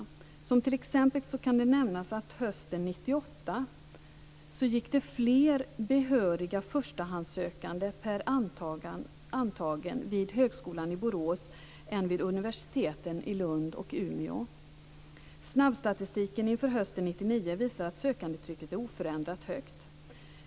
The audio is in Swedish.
Det kan t.ex. nämnas att hösten 1998 gick det fler behöriga förstahandssökande per antagen vid Högskolan i Borås än det gjorde vid universiteten i Lund och Snabbstatistiken inför hösten 1999 visar att sökandetrycket är oförändrat högt.